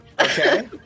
Okay